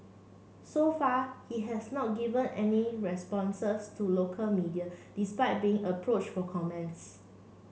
so far he has not given any responses to local media despite being approach for comments